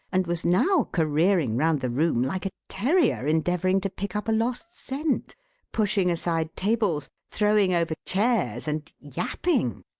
and was now careering round the room like a terrier endeavouring to pick up a lost scent pushing aside tables, throwing over chairs, and yapping,